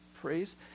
praise